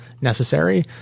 necessary